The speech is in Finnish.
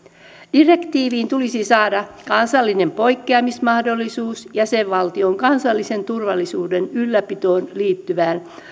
direktiiviin tulisi saada kansallinen poikkeamismahdollisuus jäsenvaltion kansallisen turvallisuuden ylläpitoon liittyvän